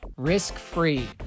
risk-free